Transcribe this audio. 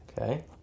Okay